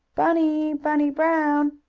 bunny! bunny brown!